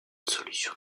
solution